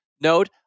note